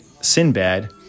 Sinbad